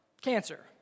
Cancer